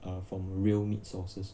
uh from real meat sources